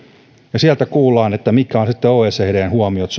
ja sieltä kuullaan mitkä ovat sitten oecdn huomiot